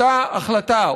אותה החלטה,